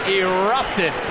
erupted